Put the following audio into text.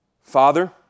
Father